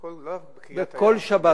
בכל קריאה